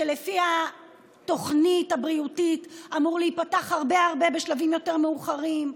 שלפי התוכנית הבריאותית אמור להיפתח בשלבים הרבה הרבה יותר מאוחרים.